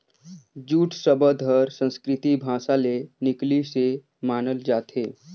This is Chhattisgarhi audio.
जूट सबद हर संस्कृति भासा ले निकलिसे मानल जाथे